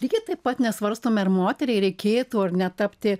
lygiai taip pat nesvarstome ar moteriai reikėtų netapti